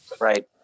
Right